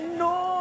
no